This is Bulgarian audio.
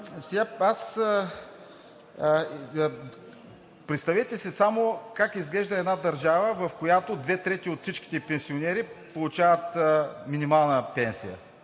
Представете си само как изглежда една държава, в която две трети от всичките ѝ пенсионери получават минимална пенсия!